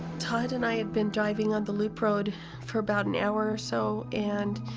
todd and i had been driving on the loop road for about an hour or so. and